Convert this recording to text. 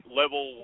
level